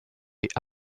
est